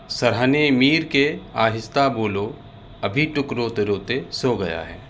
سرہانے میر کے آہستہ بولو ابھی ٹک روتے روتے سو گیا ہے